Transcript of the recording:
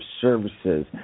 services